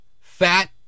fat